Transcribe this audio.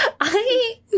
I